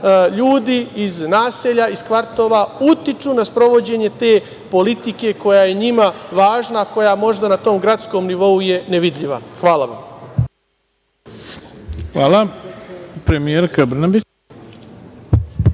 ljudi iz naselja, iz kvartova utiču na sprovođenje te politike koja ja njima važna, a koja možda na tom gradskom nivou je nevidljiva? Hvala vam. **Ivica Dačić**